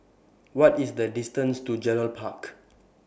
What IS The distance to Gerald Park